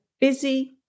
busy